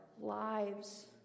lives